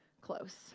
close